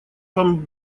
вам